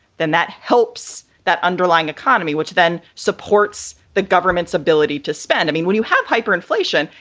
then that helps that underlying economy, which then supports the government's ability to spend. i mean, when you have hyper inflation,